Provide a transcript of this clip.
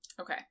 Okay